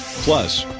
plus,